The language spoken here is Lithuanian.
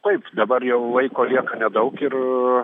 taip dabar jau laiko lieka nedaug ir